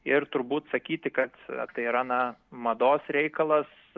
ir turbūt sakyti kad tai yra na mados reikalas